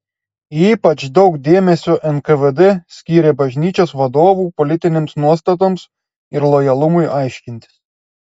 ypač daug dėmesio nkvd skyrė bažnyčios vadovų politinėms nuostatoms ir lojalumui aiškintis